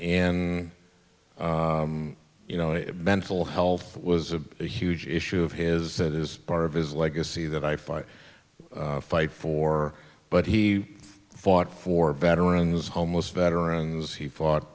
ng you know mental health was a huge issue of his that is part of his legacy that i fight fight for but he fought for veterans homeless veterans he fought